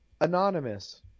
Anonymous